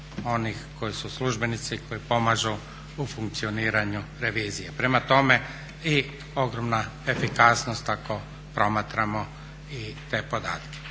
onih koji su službenici koji pomažu u funkcioniranju revizije. Prema tome i ogromna efikasnost ako promatramo i te podatke.